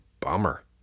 Bummer